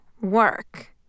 work